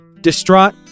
distraught